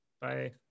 Bye